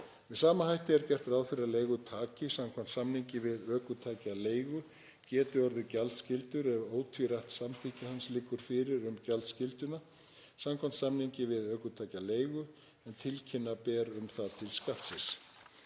Með sama hætti er gert ráð fyrir að leigutaki samkvæmt samningi við ökutækjaleigu geti orðið gjaldskyldur ef ótvírætt samþykki hans liggur fyrir um gjaldskylduna, samkvæmt samningi við ökutækjaleigu, en tilkynna ber um það til Skattsins.